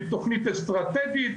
עם תכנית אסטרטגית,